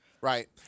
Right